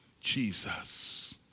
Jesus